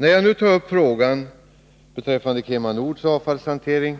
När jag nu tar upp frågan om KemaNords avfallshantering